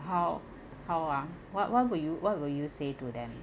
how how ah what what would you what would you say to them